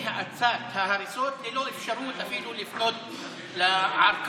והאצת ההריסות ללא אפשרות אפילו לפנות לערכאות.